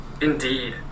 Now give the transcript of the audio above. Indeed